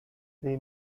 they